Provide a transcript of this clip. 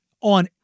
on